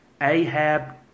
Ahab